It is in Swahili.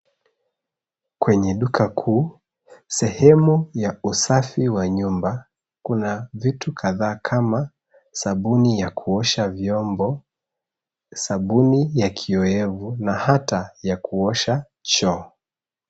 Kwenye duka kuu, sehemu ya usafi wa nyumba, kuna vitu kadhaa kama sabuni ya kuosha vyombo, sabuni ya kiowevu na hata ya kuosha choo.